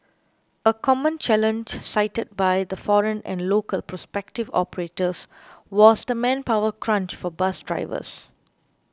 a common challenge cited by the foreign and local prospective operators was the manpower crunch for bus drivers